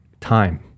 time